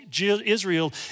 Israel